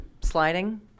sliding